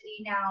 now